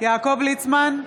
יעקב ליצמן,